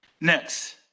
Next